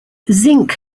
zinc